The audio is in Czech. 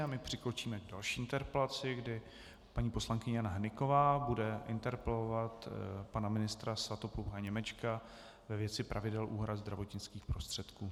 A my přikročíme k další interpelaci, kdy paní poslankyně Jana Hnyková bude interpelovat pana ministra Svatopluka Němečka ve věci pravidel úhrad zdravotnických prostředků.